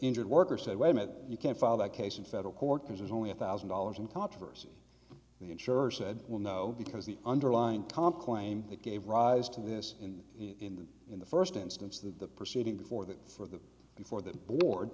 injured worker say wait a minute you can't file that case in federal court because there's only a thousand dollars in controversy the insurer said well no because the underlying comp claim that gave rise to this and in the in the first instance the proceeding before that for the before the board